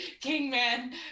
Kingman